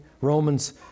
romans